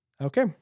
Okay